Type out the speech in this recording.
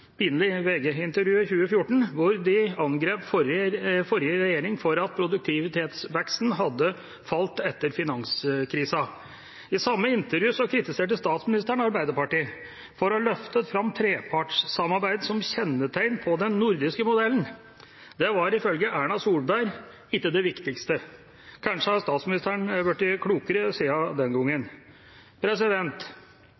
2014, hvor de angrep forrige regjering for at produktivitetsveksten hadde falt etter finanskrisen. I samme intervju kritiserte statsministeren Arbeiderpartiet for å løfte fram trepartssamarbeid som kjennetegn på den nordiske modellen. Det var ifølge Erna Solberg ikke det viktigste. Kanskje har statsministeren blitt klokere siden den gangen.